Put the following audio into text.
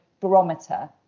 barometer